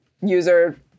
user